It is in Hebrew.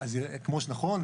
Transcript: נכון.